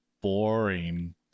Boring